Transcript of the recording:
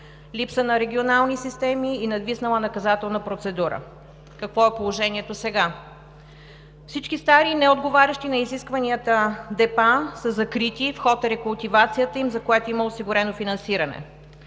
липса на регионални системи и надвиснала наказателна процедура. Какво е положението сега? Всички стари и неотговарящи на изискванията депа са закрити, в ход е рекултивацията им, за което има осигурено финансиране.